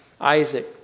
Isaac